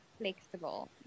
flexible